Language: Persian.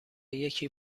یکی